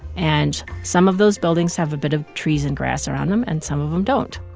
and some of those buildings have a bit of trees and grass around them, and some of them don't.